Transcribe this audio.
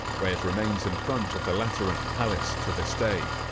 where it remains in front of the lateran palace to this day.